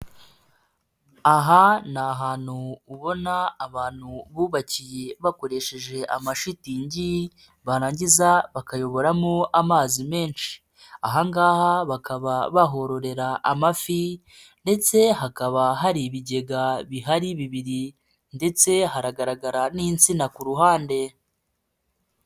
Aha ni ahantu ubona abantu bubakiye bakoresheje amashitingi, barangiza bakayoboramo amazi menshi. Aha ngaha bakaba bahorera amafi ndetse hakaba hari ibigega bihari bibiri ndetse haragaragara n'insina ku ruhande.